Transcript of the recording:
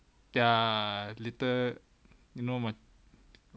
ya later you know my